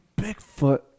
Bigfoot